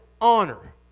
honor